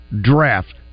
draft